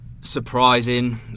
Surprising